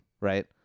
right